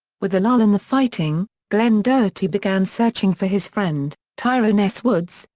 with a lull in the fighting, glen doherty began searching for his friend, tyrone s. woods,